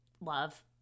love